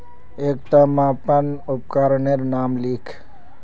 एकटा मापन उपकरनेर नाम लिख?